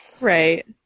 right